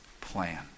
plan